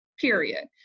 period